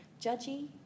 judgy